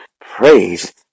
Praise